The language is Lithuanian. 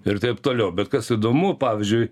ir taip toliau bet kas įdomu pavyzdžiui